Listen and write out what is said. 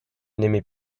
n’aimait